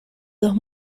dos